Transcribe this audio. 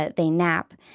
ah they nap.